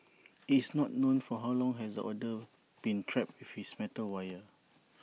it's not known for how long has the otter been trapped with this metal wire